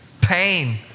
pain